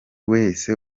wese